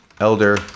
Elder